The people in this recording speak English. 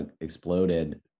exploded